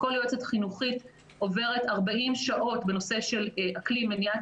כל יועצת חינוכית עוברת 40 שעות בנושא של אקלים מניעת